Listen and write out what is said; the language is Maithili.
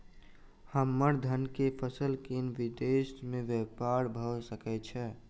हम्मर धान केँ फसल केँ विदेश मे ब्यपार भऽ सकै छै?